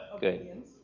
good